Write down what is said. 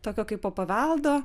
tokio kaipo paveldo